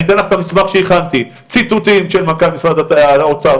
של מנכ"ל משרד האוצר,